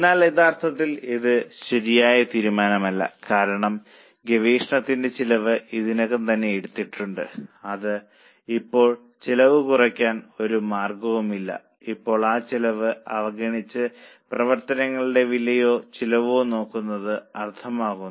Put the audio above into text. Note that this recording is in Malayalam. എന്നാൽ യഥാർത്ഥത്തിൽ ഇത് ശരിയായ തീരുമാനമല്ല കാരണം ഗവേഷണത്തിന്റെ ചിലവ് ഇതിനകം തന്നെ എടുത്തിട്ടുണ്ട് അത് ഇപ്പോൾ ചെലവ് കുറയ്ക്കാൻ ഒരു മാർഗവുമില്ല ഇപ്പോൾ ആ ചെലവ് അവഗണിച്ച് പ്രവർത്തനങ്ങളുടെ വിലയോ ചെലവോ നോക്കുന്നത് അർത്ഥമാക്കുന്നു